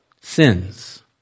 sins